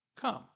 Come